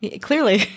Clearly